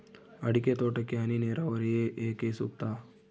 ಅಡಿಕೆ ತೋಟಕ್ಕೆ ಹನಿ ನೇರಾವರಿಯೇ ಏಕೆ ಸೂಕ್ತ?